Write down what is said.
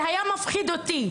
זה היה מפחיד אותי.